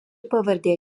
pavardė